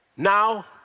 Now